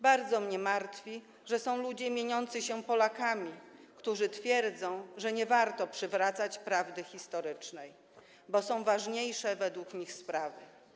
Bardzo mnie martwi, że są ludzie mieniący się Polakami, którzy twierdzą, że nie warto przywracać prawdy historycznej, bo według nich są ważniejsze sprawy.